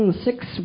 six